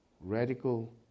radical